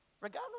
regardless